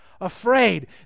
afraid